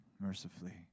mercifully